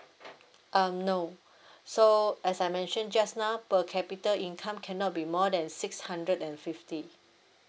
um no so as I mention just now per capita income cannot be more than six hundred and fifty